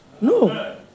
No